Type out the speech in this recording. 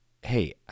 hey